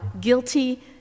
guilty